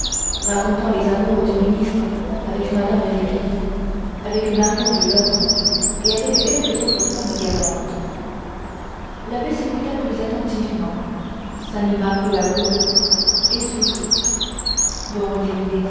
racontant les amours du ministre avec mme d'aiguillon avec marion de lorme et avec quelques autres femmes galantes l'abbesse écouta plus attentivement s'anima peu à peu et sourit